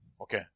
Okay